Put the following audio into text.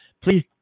please